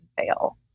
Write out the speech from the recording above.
fail